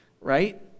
Right